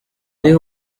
ari